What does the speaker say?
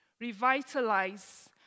revitalize